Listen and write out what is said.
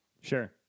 Sure